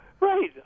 right